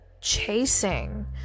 chasing